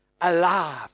alive